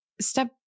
step